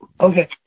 Okay